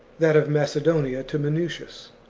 that of macedonia to minucius.